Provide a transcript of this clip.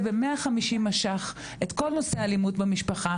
ב-150 אש"ח את כל נושא האלימות במשפחה,